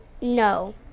No